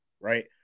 right